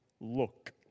look